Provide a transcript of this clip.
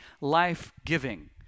life-giving